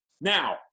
Now